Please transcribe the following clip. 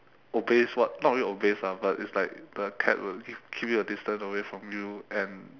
obeys what not really obeys ah but it's like the cat will give keep a distance away from you and